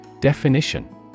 Definition